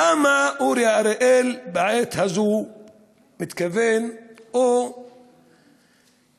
למה אורי אריאל בעת הזו מתכוון או מתכנן